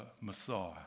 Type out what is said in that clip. Messiah